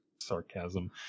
sarcasm